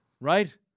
Right